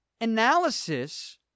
analysis